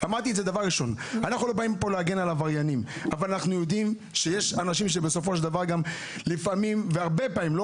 לגבי תאונות דרכים, אני בוגר תאונות דרכים.